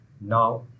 Now